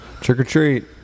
Trick-or-treat